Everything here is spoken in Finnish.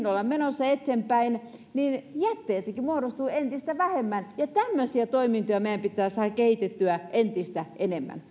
ollaan menossa eteenpäin jätteitäkin muodostuu entistä vähemmän tämmöisiä toimintoja meidän pitää saada kehitettyä entistä enemmän